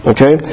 Okay